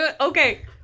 okay